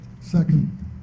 Second